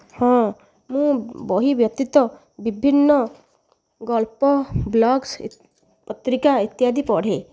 ହଁ ମୁଁ ବହି ବ୍ୟତୀତ ବିଭିନ୍ନ ଗଳ୍ପ ବ୍ଲଗ୍ସ ପତ୍ରିକା ଇତ୍ୟାଦି ପଢେ